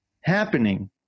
happening